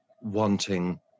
wanting